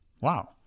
Wow